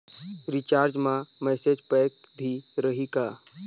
Recharge मा message pack भी रही का?